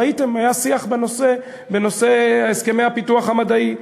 ראיתם, היה שיח בנושא הסכמי הפיתוח המדעי.